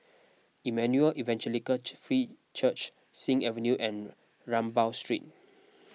Emmanuel Evangelical Free Church Sing Avenue and Rambau Street